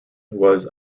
was